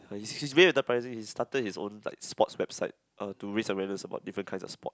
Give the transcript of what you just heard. he's he's very enterprising he started his own like sports website uh to raise awareness for different kinds of sport